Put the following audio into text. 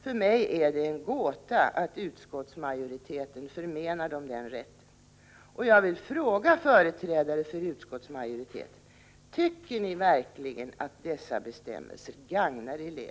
För mig är det en gåta att utskottsmajoriteten förmenar dem den rätten.